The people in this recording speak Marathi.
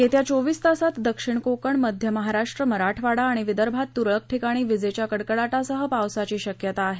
येत्या चोवीस तासांत दक्षिण कोकण मध्य महाराष्ट्र मराठवाडा आणि विदर्भात तुरळक ठिकाणी विजेच्या कडकडाटासह पावसाची शक्यता आहे